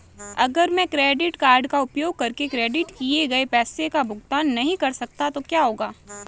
अगर मैं credit card का उपयोग करके क्रेडिट किए गए पैसे का भुगतान नहीं कर सकता तो क्या होगा?